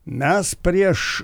mes prieš